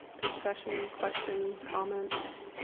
discussion, questions, comments